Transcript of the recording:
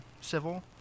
civil